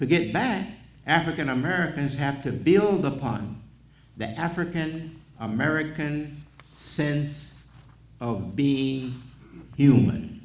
to get back african americans have to build upon the african american sense of being human